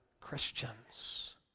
Christians